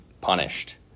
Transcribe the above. punished